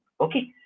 Okay